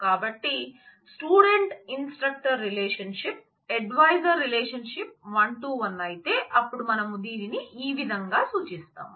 కాబట్టి student instructor relationship relationship one to one అయితే అప్పుడు మనం దీనిని ఈ విధంగా సూచిస్తాము